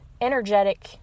energetic